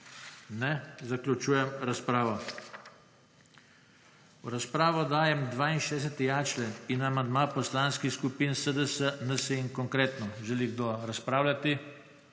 Ne. zaključujem razpravo. V razpravo dajem 62.a člen in amandma Poslanskih skupin SDS, NSi in Konkretno. Želi kdo razpravljati?